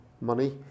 money